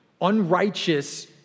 unrighteous